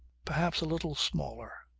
perhaps a little smaller.